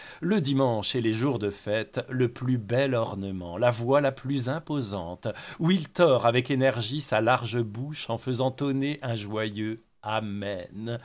le dimanche et les jours de fête le plus bel ornement la voix la plus imposante où il tord avec énergie sa large bouche en faisant tonner un joyeux amen